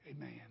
Amen